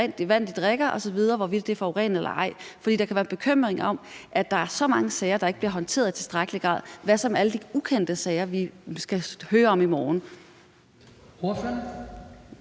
drikker, er forurenet eller ej. Der kan være en bekymring for, at der er så mange sager, der ikke bliver håndteret i tilstrækkelig grad, så hvad med alle de ukendte sager, vi hører om i morgen?